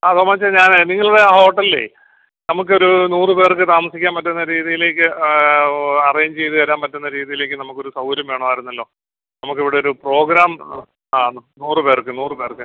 ആ തോമാച്ചാ ഞാനാ നിങ്ങളുടെ ഹോട്ടലിലെ നമുക്ക് ഒരു നൂറ് പേർക്ക് താമസിക്കാൻ പറ്റുന്ന രീതിയിലേക്ക് അറേഞ്ച് ചെയ്ത് തരാൻ പറ്റുന്ന രീതിയിലേക്ക് നമുക്കൊരു സൗകര്യം വേണമായിരുന്നല്ലോ നമുക്ക് അവിടെ ഒരു പ്രോഗ്രാം ആ നൂറ് പേർക്ക് നൂറ് പേർക്ക്